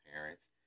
parents